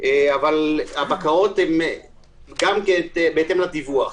אבל הבקרות הן גם בהתאם לדיווח.